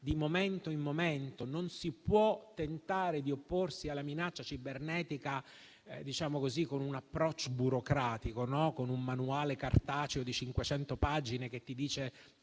di momento in momento. Non si può tentare di opporsi alla minaccia cibernetica con un approccio burocratico, con un manuale cartaceo di 500 pagine che ti dice